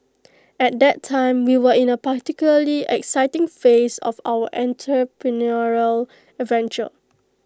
at that time we were in A particularly exciting phase of our entrepreneurial adventure